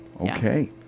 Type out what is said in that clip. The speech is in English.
okay